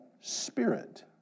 Spirit